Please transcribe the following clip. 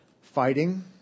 Fighting